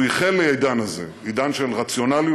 הוא ייחל לעידן הזה, עידן של רציונליות,